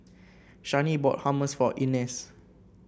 Shani bought Hummus for Ines